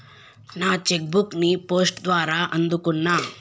నా cheque book ని post ద్వారా అందుకున్నా